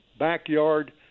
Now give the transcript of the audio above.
backyard